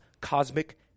cosmic